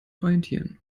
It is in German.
orientieren